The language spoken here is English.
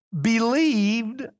believed